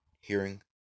hearing